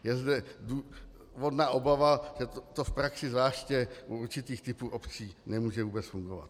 Je zde důvodná obava, že to v praxi zvláště u určitých typů obcí nemůže vůbec fungovat.